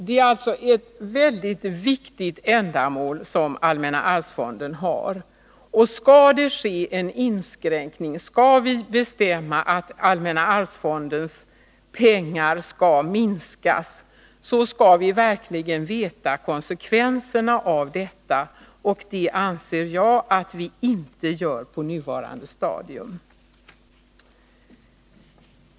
Det är alltså ett mycket viktigt ändamål som allmänna arvsfonden har, och skall vi bestämma att allmänna arvsfondens medel skall minskas, skall vi verkligen känna till konsekvenserna av detta, och det anser jag att vi inte gör på nuvarande stadium.